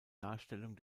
darstellung